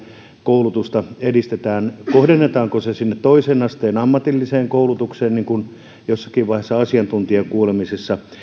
koulutusta edistetään kohdennetaanko se sinne toisen asteen ammatilliseen koulutukseen niin kuin jossakin vaiheessa asiantuntijakuulemisissa